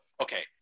okay